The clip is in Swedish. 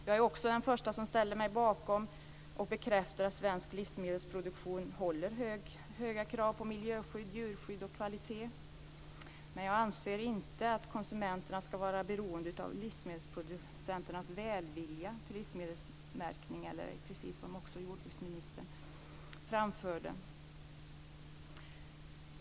Jag är också den första som ställer mig bakom och bekräftar att svensk livsmedelsproduktion uppfyller höga krav på miljöskydd, djurskydd och kvalitet. Men jag anser inte att konsumenterna ska vara beroende av livsmedelsproducenternas välvilja när det gäller märkning, precis som också jordbruksministern framhöll.